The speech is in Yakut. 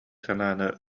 санааны